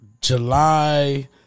July